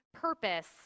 purpose